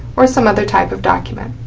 or some other type of document.